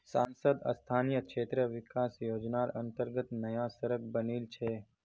सांसद स्थानीय क्षेत्र विकास योजनार अंतर्गत नया सड़क बनील छै